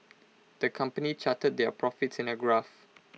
the company charted their profits in A graph